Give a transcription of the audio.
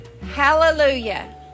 Hallelujah